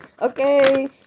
okay